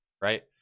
right